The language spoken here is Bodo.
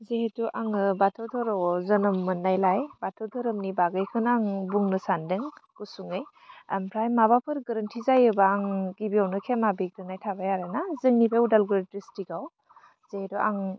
जिहेथु आङो बाथौ धोरोमआव जोनोम मोन्नायलाय बाथौ धोरोमनि बागैखौनो आं बुंनो सानदों गुसुङै आमफ्राय माबाफोर गोरोन्थि जायोब्ला आं गिबियावनो खेमा बिग्रोनाय थाबाय आरोना जोंनि बे अदालगुरि डिसट्रिकआव जिहेथु आं